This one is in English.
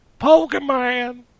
Pokemon